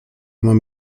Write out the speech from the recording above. mam